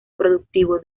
productivo